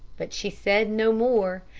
but she said no more,